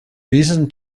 reason